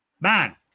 man